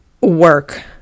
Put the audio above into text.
work